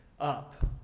up